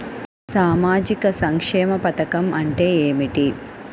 సామాజిక సంక్షేమ పథకం అంటే ఏమిటి?